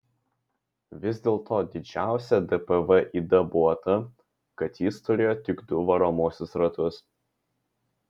vis dėl to didžiausia dpv yda buvo ta kad jis turėjo tik du varomuosius ratus